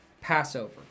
Passover